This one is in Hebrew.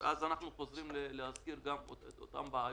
ואז אנחנו חוזרים להזכיר את אותן בעיות.